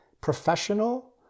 professional